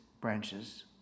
branches